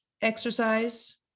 Exercise